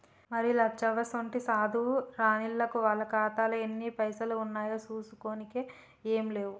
మరి లచ్చవ్వసోంటి సాధువు రానిల్లకు వాళ్ల ఖాతాలో ఎన్ని పైసలు ఉన్నాయో చూసుకోనికే ఏం లేవు